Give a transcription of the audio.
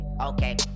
Okay